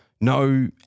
no